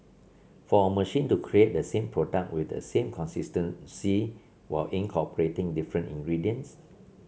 for a machine to create the same product with the same consistency while incorporating different ingredients